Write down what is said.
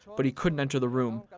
but he couldn't enter the room.